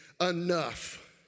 enough